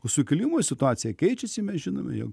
sukilimo situacija keičiasi mes žinome jog